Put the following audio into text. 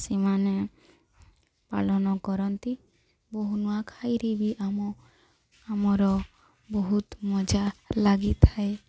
ସେମାନେ ପାଳନ କରନ୍ତି ବହୁ ନୂଆଖାଇରେ ବି ଆମ ଆମର ବହୁତ ମଜା ଲାଗିଥାଏ